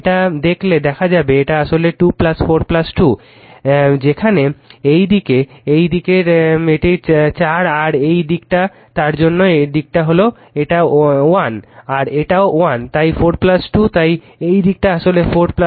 এটা দেখলে দেখা যাবে এটা আসলে 2 4 2 যেখানে এই দিকে এই দিকের এই দিকটা 4 আর এই দিকটা যার জন্য এই দিকটা বলে এটা 1 আর এটাও 1 তাই 4 2 তাই এই দিকটা আসলে 4 2